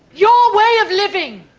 your way of living.